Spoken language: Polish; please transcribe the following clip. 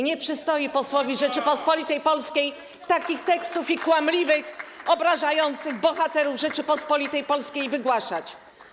Nie przystoi posłowi Rzeczypospolitej Polskiej takich tekstów kłamliwych, obrażających bohaterów Rzeczypospolitej Polskiej wygłaszać.